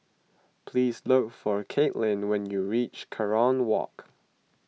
please look for Caitlin when you reach Kerong Walk